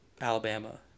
Alabama